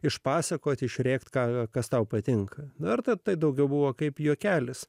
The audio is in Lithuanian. išpasakoti išrėkti ką kas tau patinka verta tai daugiau buvo kaip juokelis